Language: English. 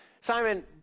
Simon